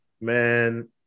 Man